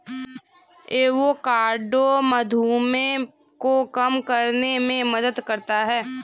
avocado मधुमेह को कम करने में मदद करता है